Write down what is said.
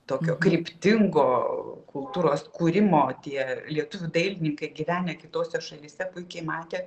tokio kryptingo kultūros kūrimo tie lietuvių dailininkai gyvenę kitose šalyse puikiai matė